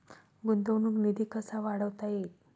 गुंतवणूक निधी कसा वाढवता येईल?